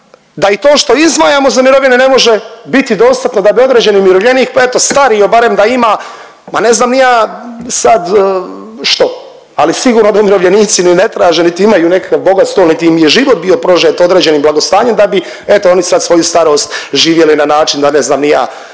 da i to što izdvajamo za mirovine ne može biti dostatno da bi određeni umirovljenik pa eto stario barem da ima ma ne znam ni ja sad što, ali sigurno da umirovljenici ni ne traže, niti imaju nekakav bogat stol, niti im je život bio prožet određenim blagostanjem da bi eto oni sad svoju starost živjeli na način da ne znam ni ja